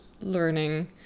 learning